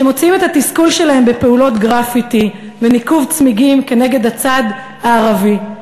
שמוציאים את התסכול שלהם בפעולות גרפיטי וניקוב צמיגים כנגד הצד הערבי,